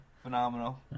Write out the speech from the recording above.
Phenomenal